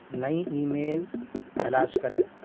نئی emails تلاش کریں